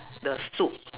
the soup